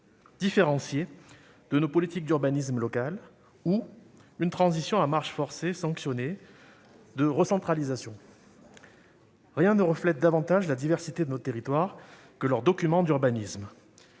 différenciée de nos politiques d'urbanisme local ou une transition à marche forcée, sanctionnée de recentralisation ? Rien ne reflète davantage la diversité de nos territoires que leurs documents d'urbanisme.